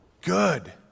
good